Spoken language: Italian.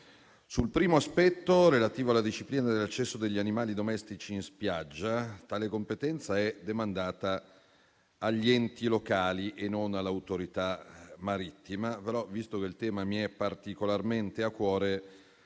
Sul primo aspetto, relativo alla disciplina dell'accesso degli animali domestici in spiaggia, tale competenza è demandata agli enti locali e non all'autorità marittima. Visto però che il tema mi sta particolarmente a cuore,